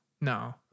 No